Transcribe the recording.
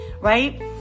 right